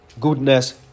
goodness